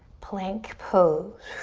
plank pose.